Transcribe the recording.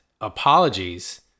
apologies